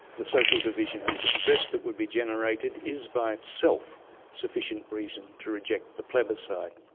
the social division and distress that would be generated is by itself sufficient reason to reject the plebiscite.